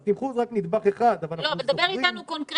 אז תמחור זה רק נדבך אחד אבל אנחנו זוכרים --- דבר אתנו קונקרטית.